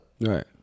Right